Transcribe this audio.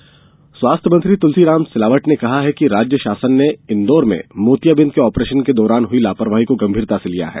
सिलावट स्वास्थ्य मंत्री तुलसीराम सिलावट ने कहा कि राज्य शासन ने इंदौर में मोतियार्बिद के ऑपरेशन के दौरान हई लापरवाही को गंभीरता से लिया है